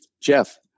Jeff